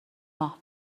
ماه